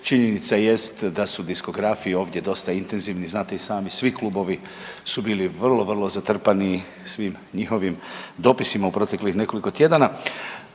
Činjenica jest da su diskografi ovdje dosta intenzivni, znate i sami svi klubovi su bili vrlo, vrlo zatrpani svim njihovim dopisima u proteklih nekoliko tjedana.